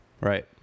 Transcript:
Right